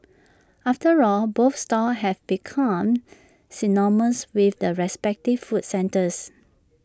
after all both stalls have become synonymous with the respective food centres